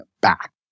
back